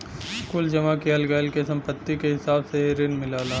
कुल जमा किहल गयल के सम्पत्ति के हिसाब से ही रिन मिलला